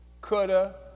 coulda